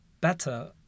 better